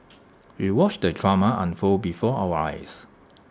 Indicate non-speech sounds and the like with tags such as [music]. [noise] we watched the drama unfold before our eyes